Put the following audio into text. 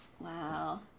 Wow